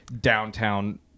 downtown